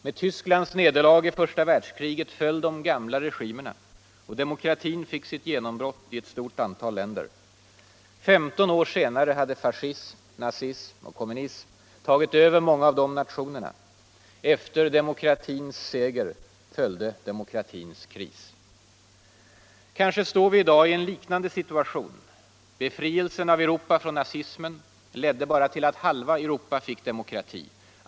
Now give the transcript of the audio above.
Med Tysklands nederlag i första världskriget föll de gamla regimerna, och demokratin fick sitt genombrott i ett stort antal länder. 15 år senare hade fascism, nazism och kommunism tagit över många av de nationerna. Efter demokratins seger följde demokratins kris. Kanske står vi i dag i en liknande situation. Befrielsen av Europa från nazismen ledde bara till att halva Europa fick demokrati.